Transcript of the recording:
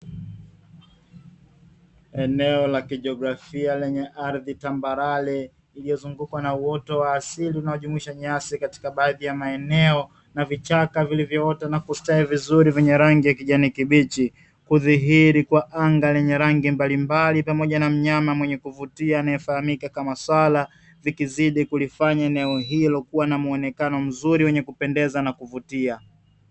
Eneo la kijiografia lenye ardhi tambarare lililozungukwa na uoto wa asili unaojumuisha nyasi katika baadhi ya maeneo na vichaka vilivyo ota na kustawi vizuri vyenye rangi ya kijani kibichi, kudhihiri kwa anga lenye rangi mbalimbali pamoja na mnyama mwenye kuvutia anayefahamika kama swala likizidi kulifanya eneo hilo kuwa na muonekano mzuri wenye kupendeza na kuvutia.